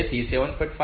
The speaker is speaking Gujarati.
તેથી 7